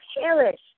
perish